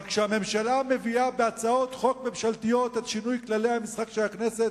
אבל כשהממשלה מביאה בהצעות חוק ממשלתיות את שינוי כללי המשחק של הכנסת,